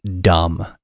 dumb